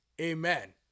amen